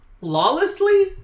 lawlessly